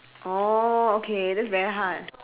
oh okay that's very hard